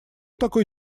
такой